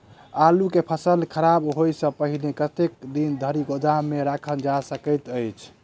आलु केँ फसल खराब होब सऽ पहिने कतेक दिन धरि गोदाम मे राखल जा सकैत अछि?